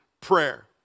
prayer